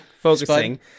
focusing